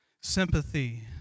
sympathy